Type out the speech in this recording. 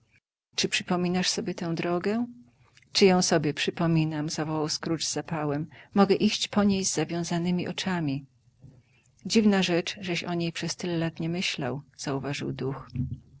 czy przypominasz sobie tę drogę czy ją sobie przypominam zawołał scrooge z zapałem mogę iść po niej z zawiązanemi oczyma dziwna rzecz żeś o niej przez tyle lat nie myślał zauważył duch